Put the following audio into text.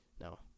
No